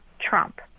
trump